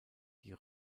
die